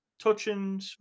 touching